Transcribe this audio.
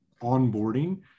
onboarding